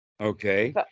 Okay